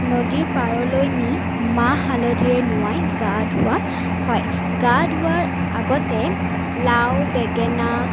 নদীৰ পাৰলৈ নি মাহ হালধিৰে নোৱাই গা ধোৱা হয় গা ধোৱাৰ আগতে লাও বেঙেনা